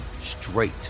straight